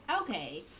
Okay